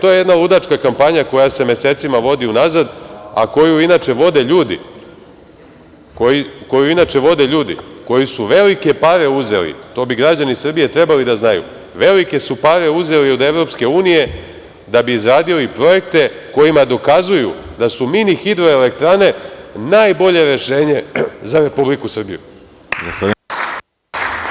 To je jedna ludačka kampanja koja se mesecima vodi unazad, a koju inače vode ljudi koji su velike pare uzeli, to bi građani Srbije trebali da znaju, velike su pare uzeli od EU da bi izradili projekte kojima dokazuju da su mini hidroelektrane najbolje rešenje za Republiku Srbiju.